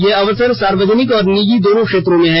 ये अवसर सार्वजनिक और निजी दोनों क्षेत्र में हैं